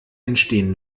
entstehen